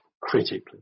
critically